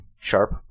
sharp